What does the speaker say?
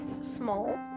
small